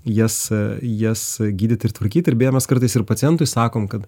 jas jas gydyt ir tvarkyt ir beje mes kartais ir pacientui sakom kad